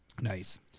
Nice